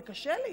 זה קשה לי.